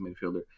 midfielder